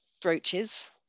brooches